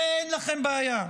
זה, אין לכם בעיה.